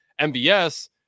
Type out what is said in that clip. MBS